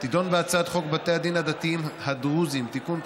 תדון בהצעת חוק בתי הדין הדתיים הדרוזיים (תיקון,